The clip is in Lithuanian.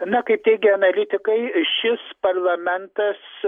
na kaip teigia analitikai šis parlamentas